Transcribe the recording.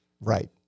right